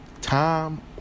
time